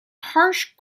harsh